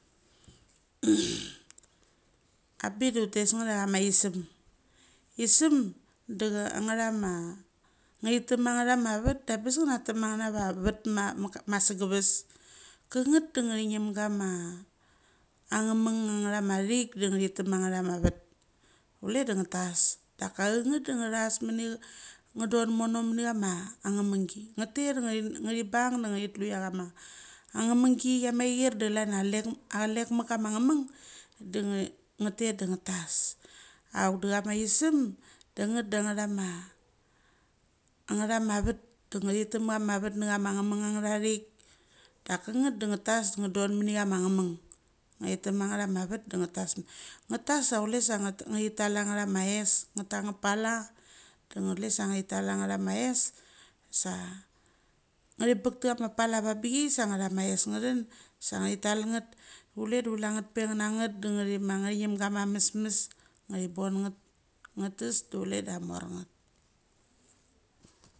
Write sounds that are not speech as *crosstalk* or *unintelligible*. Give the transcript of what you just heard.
*noise* a bik da uttes nget ia ama isem. Isem da cha a ngatha ma ngathi them ma nge tha ma vet, da nga bes nga na tem ma nga na ma vet ma maka ma sagaves. Changet da nga thingim ghama angemeng a ngetha ma thik, da nga thi tema angatha ma vet. Kule de nga tas. Dacha changet da nga thas mini, nga don mono mani ama angamengi. Nga tet da ngathi *unintelligible* ngathi bang da nga thitlu chia chama, angamengi chia machir da chalon a alech, *unintelligible* alech machka ma ngemeng, *noise* da nga, nga tet da nga tash. Auk da chama isem, da nget da nga thama, angathama vet da ngathi tam macha ma vet na cha ma ngameng angatha thik. Da kanegthda nga tash nga donmini chama ngameng. *noise* ngathi tem ma nga tha ma vet da nga tash muk. *noise* nga tash sa cule sa ngath, ngathi tal angatha ma ess, nga ta nga pala da nga cule sa ngathital angatha ma ess sa, *noise* ngathi bech te cha ma pola avabechai sa ngatha ma ess nga thain, sa ngathi tal nget. Kule da kulanget pe ngananget da ngathi ma ngathingim gama mesmes, *noise* ngathi bon ngat. Nga tes da cule da amornget.